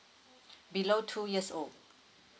below two years old